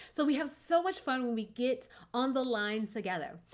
so we have so much fun when we get on the line together.